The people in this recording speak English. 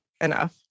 enough